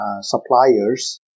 suppliers